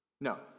No